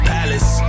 Palace